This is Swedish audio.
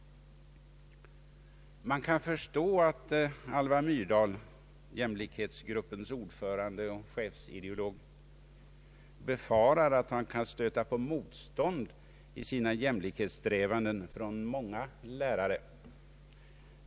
Man kan förstå att Alva Myrdal, jämlikhetsgruppens ordförande och chefsideolog, befarar att hon i sina jämlikhetssträvanden kan stöta på motstånd från många lärare.